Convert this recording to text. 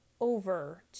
over